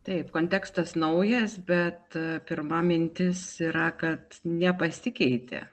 taip kontekstas naujas bet pirma mintis yra kad nepasikeitė